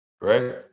right